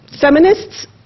feminists